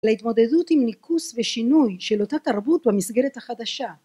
להתמודדות עם ניכוס ושינוי של אותה תרבות במסגרת החדשה